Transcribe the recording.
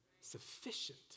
sufficient